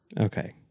Okay